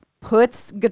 puts